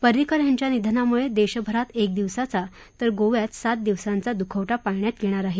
पर्रिकर यांच्या निधनामुळे देशभरात एक दिवसाचा तर गोव्यात सात दिवसांचा दुखवटा पाळण्यात येणार आहे